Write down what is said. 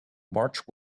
march